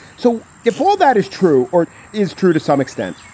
so if all that is true or is true to some extent,